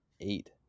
eight